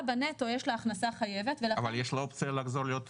בנטו יש לה הכנסה חייבת ו --- אבל יש לה אופציה לחזור להיות פתוחה,